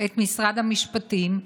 את משרד המשפטים,